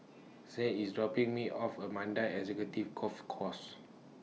Saint IS dropping Me off A Mandai Executive Golf Course